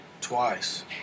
twice